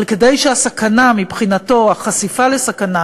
אבל כדי שהסכנה, מבחינתו, החשיפה לסכנה